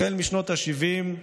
החל משנות השבעים,